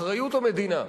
אחריות המדינה,